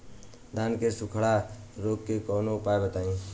धान के सुखड़ा रोग के कौनोउपाय बताई?